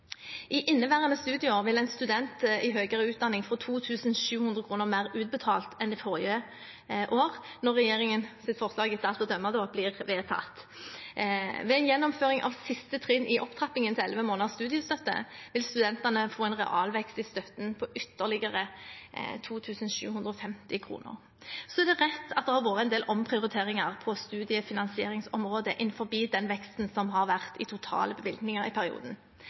I inneværende studieår vil en student i høyere utdanning få 2 700 kr mer utbetalt enn i forrige år når regjeringens forslag etter alt å dømme blir vedtatt. Ved gjennomføring av siste trinn i opptrappingen til elleve måneders studiestøtte vil studentene få en realvekst i støtten på ytterligere 2 750 kr. Det er riktig at det har vært en del omprioriteringer på studiefinansieringsområdet innenfor den veksten som har vært i totale bevilgninger i perioden.